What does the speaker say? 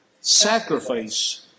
sacrifice